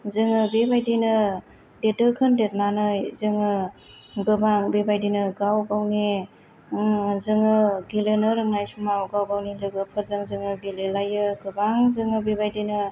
जोङो बेबायदिनो देरदोखोन देरनानै जोङो गोबां बेबायदिनो गाव गावनि जोङो गेलेनो रोंनाय समाव गाव गावनि लोगोफोरजों जोङो गेलेलायो गोबां जोङो बेबायदिनो